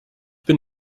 bin